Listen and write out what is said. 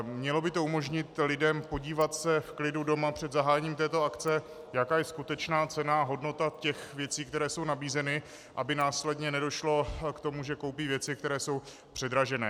Mělo by to umožnit lidem podívat se v klidu doma před zahájením této akce, jaká je skutečná cena, hodnota těch věcí, které jsou nabízeny, aby následně nedošlo k tomu, že koupí věci, které jsou předražené.